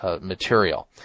material